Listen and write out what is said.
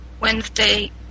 Wednesday